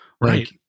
Right